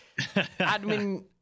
admin